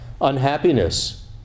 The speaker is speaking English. unhappiness